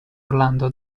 orlando